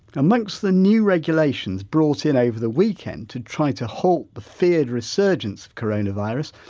amongst the new regulations brought in over the weekend to try to halt the feared resurgence of coronavirus,